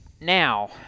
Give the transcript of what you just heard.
Now